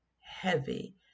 heavy